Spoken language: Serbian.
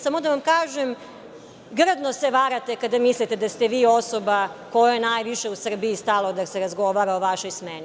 Samo da vam kažem grdno se varate kada mislite da ste vi osoba kojoj je najviše u Srbiji stalo da se razgovara o vašoj smeni.